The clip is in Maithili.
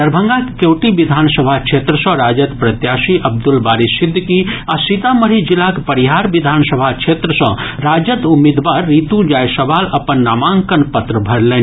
दरभंगाक केवटी विधानसभा क्षेत्र सँ राजद प्रत्याशी अब्दुल बारी सिद्दीकी आ सीतामढ़ी जिलाक परिहार विधानसभा क्षेत्र सँ राजदक उम्मीदवार रितु जायसवाल अपन नामांकन पत्र भरलनि